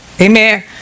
Amen